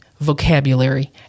vocabulary